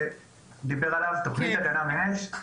דיבר עליו, על תוכנית הגנה מאש.